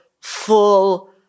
full